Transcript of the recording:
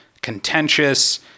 contentious